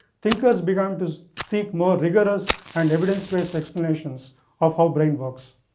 thinkers began to seek more rigorous and evidence-based explanations of how brain works?